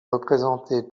représenté